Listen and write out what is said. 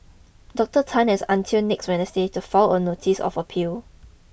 Doctor Tan has until next Wednesday to file a notice of appeal